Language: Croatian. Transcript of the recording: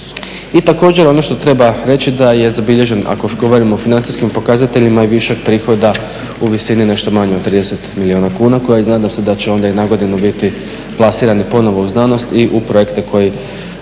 I također ono što treba reći da je zabilježen, ako govorimo o financijskim pokazateljima i višak prihoda u visini nešto manjoj od 30 milijuna kuna koja i nadam se da će onda i na godinu biti plasirani ponovno u znanost i u projekte koji